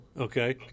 Okay